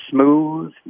smooth